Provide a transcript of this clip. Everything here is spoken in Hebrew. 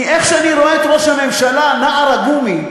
כי איך שאני רואה את ראש הממשלה, נער הגומי,